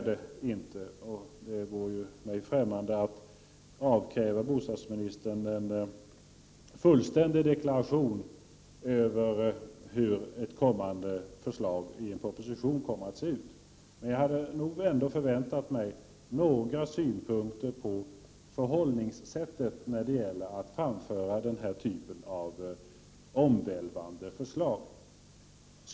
Det vore mig främmande att avkräva bostadsministern en fullständig deklaration beträffande ett kommande förslag i en proposition. Men jag hade nog ändå förväntat mig några synpunkter från hans sida på förhållningssättet när det gäller den här typen av omvälvande förslag.